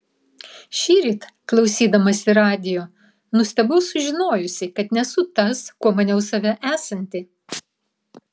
šįryt klausydamasi radijo nustebau sužinojusi kad nesu tas kuo maniau save esanti